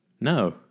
No